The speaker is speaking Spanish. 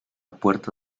puerta